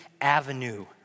avenue